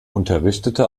unterrichtete